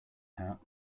hat